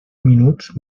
minuts